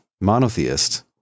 monotheist